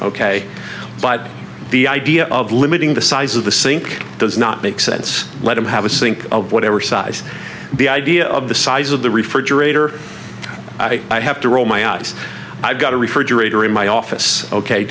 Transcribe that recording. ok but the idea of limiting the size of the sink does not make sense let him have a sink of whatever size the idea of the size of the refrigerator i have to roll my eyes i've got a refrigerator in my office ok